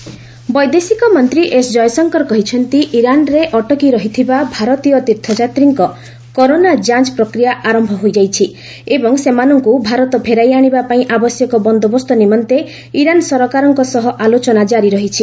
Jaishankar corona ବୈଦେଶିକମନ୍ତ୍ରୀ S Jaishankar କହିଛନ୍ତି ଇରାନରେ ଅଟକି ରହିଥିବା ଭାରତୀୟ ତୀର୍ଥଯାତ୍ରୀଙ୍କ କରୋନା ଯାଞ୍ଚ ପ୍ରକ୍ରିୟା ଆରମ୍ଭ ହୋଇଯାଇଛି ଏବଂ ସେମାନଙ୍କୁ ଭାରତ ଫେରାଇ ଆଣିବା ପାଇଁ ଆବଶ୍ୟକ ବନ୍ଦୋବସ୍ତ ନିମନ୍ତେ ଇରାନ ସରକାରଙ୍କ ସହ ଆଲୋଚନା ଜାରି ରହିଛି